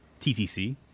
TTC